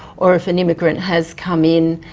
or, if an immigrant has come in,